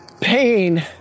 Pain